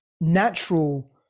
natural